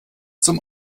zum